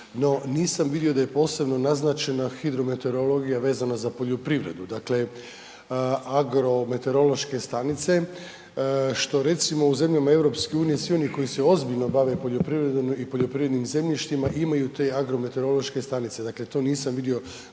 No, nisam vidio da je posebno naznačena hidrometeorologija vezano za poljoprivredu. Dakle agrometerološke stanice što recimo u zemljama EU svi oni koji se ozbiljno bave poljoprivrednom i poljoprivrednim zemljištima imaju te agrometeorološke stanice, dakle to nisam vidio